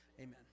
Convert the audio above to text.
amen